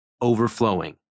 Overflowing